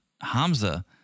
Hamza